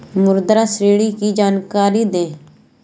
मुद्रा ऋण की जानकारी दें?